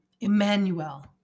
Emmanuel